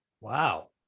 wow